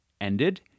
ended